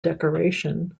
decoration